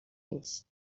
نیست